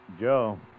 Joe